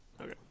Okay